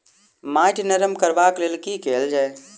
माटि नरम करबाक लेल की केल जाय?